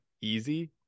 easy